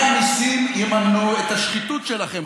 ושמשלמי המיסים יממנו את השחיתות שלכם,